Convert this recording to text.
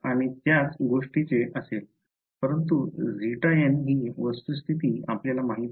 २८ हे एक आणि त्याच गोष्टीचे असेल परंतु χn हि वस्तुस्थिती आपल्याला माहित आहे